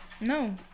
No